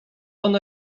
ona